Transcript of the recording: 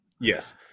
Yes